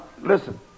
Listen